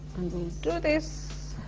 do this,